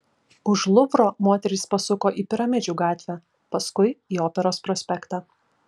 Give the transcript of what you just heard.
už luvro moterys pasuko į piramidžių gatvę paskui į operos prospektą